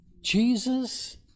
Jesus